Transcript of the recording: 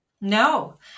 No